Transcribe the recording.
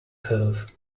curve